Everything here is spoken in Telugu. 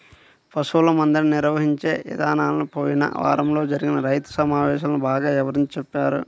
పశువుల మందని నిర్వహించే ఇదానాలను పోయిన వారంలో జరిగిన రైతు సమావేశంలో బాగా వివరించి చెప్పారు